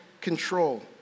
control